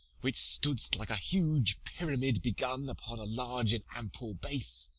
which stood'st like a huge pyramid begun upon a large and ample base,